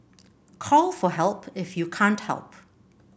call for help if you can't help